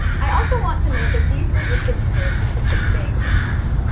i also want to note that these three groups of users have something big in common.